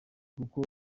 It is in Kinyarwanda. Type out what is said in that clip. kuko